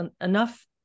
enough